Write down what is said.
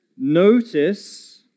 Notice